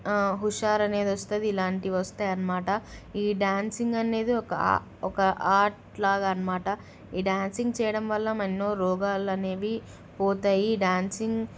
హుషారు అనేది వస్తుంది ఇలాంటివి వస్తాయి అన్నమాట ఈ డ్యాన్సింగ్ అనేది ఒక ఒక ఆర్ట్లాగా అన్నమాట ఈ డ్యాన్సింగ్ చేయడం వల్ల ఎన్నో రోగాలు అనేవి పోతాయి డ్యాన్సింగ్